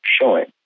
showing